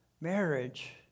Marriage